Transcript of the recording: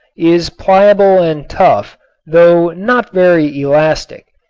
is pliable and tough though not very elastic.